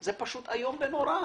זה פשוט איום ונורא.